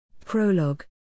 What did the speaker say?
Prologue